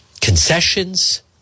concessions